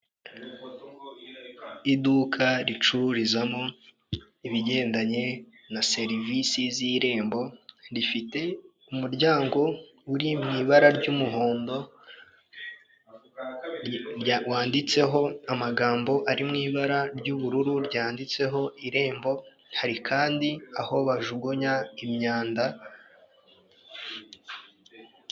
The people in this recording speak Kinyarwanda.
Iduka ricururizamo ibigendanye na serivisi z'irembo, rifite umuryango uri mu ibara ry'umuhondo wanditseho amagambo ari mu ibara ry'ubururu ryanditseho irembo. Hari kandi aho bajugunya imyanda.